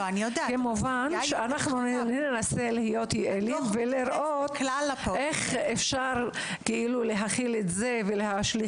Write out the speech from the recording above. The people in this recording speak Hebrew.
כמובן שננסה להיות יעילים ולראות איך אפשר להשליך ולהחיל